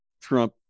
trump